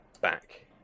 back